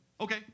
Okay